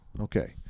Okay